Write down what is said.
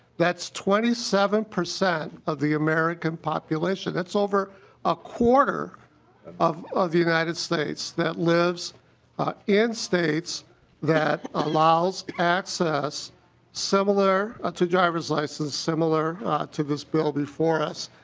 that's twenty seven percent of the american population. that's over a quarter of the united states that lives in states that allows access similar ah to drivers license similar to this bill before us.